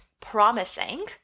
promising